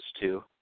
two